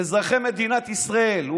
אזרחי מדינת ישראל,